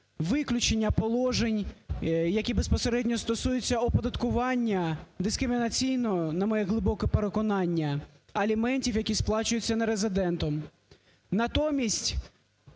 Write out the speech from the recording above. виключення положень, які безпосередньо стосуються оподаткування дискримінаційного, на моє глибоке переконання, аліментів, які сплачуються нерезидентом.